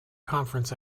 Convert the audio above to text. conference